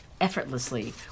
effortlessly